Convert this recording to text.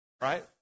right